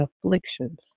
afflictions